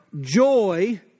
joy